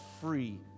free